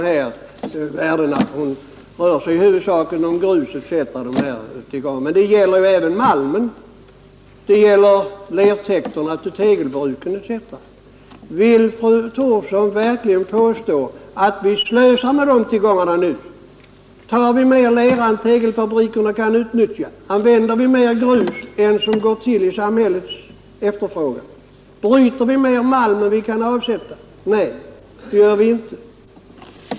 Hon uppehöll sig huvudsakligen vid gruset, men det gäller även malmen, lertäkterna till tegelbruken etc. Vill fru Thorsson verkligen påstå att vi slösar med dessa tillgångar nu? Tar vi mera lera än tegelfabrikerna kan utnyttja? Använder vi mera grus än som motsvarar samhällets efterfrågan? Bryter vi mera malm än vi kan avsätta? Nej, det gör vi inte.